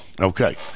Okay